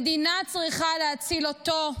צריכה להציל אותו,